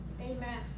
Amen